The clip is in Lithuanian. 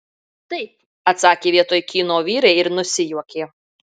taip atsakė vietoj kyno vyrai ir nusijuokė